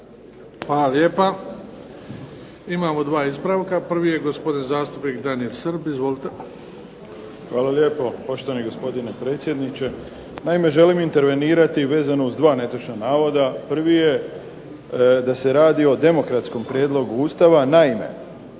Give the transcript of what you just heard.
Hvala lijepa. Imamo dva ispravka. Prvi je gospodin zastupnik Daniel Srb. Izvolite. **Srb, Daniel (HSP)** Hvala lijepo poštovani gospodine predsjedniče. Naime, želim intervenirati vezano uz dva netočna navoda. Prvi je da se radi o demokratskom prijedlogu Ustava. Naime,